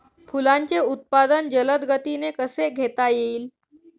फुलांचे उत्पादन जलद गतीने कसे घेता येईल?